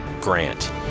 GRANT